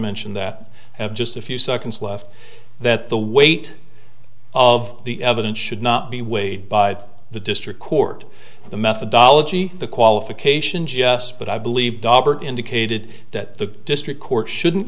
mentioned that have just a few seconds left that the weight of the evidence should not be weighed by the district court the methodology the qualifications yes but i believe dahlberg indicated that the district court shouldn't